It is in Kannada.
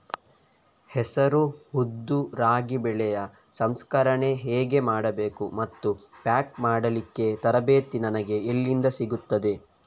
ಹೆಸರು, ಉದ್ದು, ರಾಗಿ ಬೆಳೆಯ ಸಂಸ್ಕರಣೆ ಹೇಗೆ ಮಾಡಬೇಕು ಮತ್ತು ಪ್ಯಾಕ್ ಮಾಡಲಿಕ್ಕೆ ತರಬೇತಿ ನನಗೆ ಎಲ್ಲಿಂದ ಸಿಗುತ್ತದೆ?